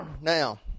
Now